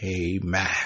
Amen